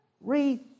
wreath